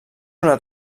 una